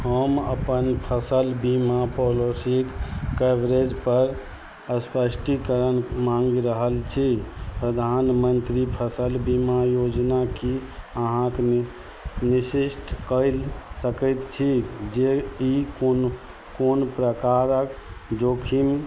हम अपन फसल बीमा पॉलिसीक कवरेज पर स्पष्टीकरण माँगि रहल छी प्रधानमंत्री फसल बीमा योजना की अहाँक नि निशिष्ट कयल सकैत छी जे ई कोनो कोन प्रकारक जोखिम